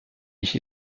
nicht